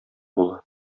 була